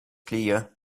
clear